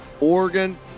Oregon